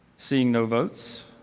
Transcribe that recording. seeing no votes?